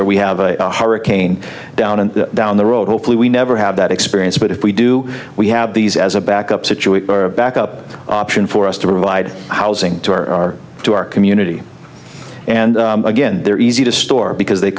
or we have a hurricane down and down the road hopefully we never have that experience but if we do we have these as a backup scituate backup option for us to provide housing to our to our community and again they're easy to store because they